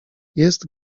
jest